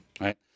right